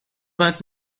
vingt